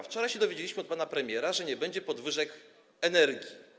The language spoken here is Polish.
Wczoraj się dowiedzieliśmy od pana premiera, że nie będzie podwyżek cen energii.